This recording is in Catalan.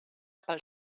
pel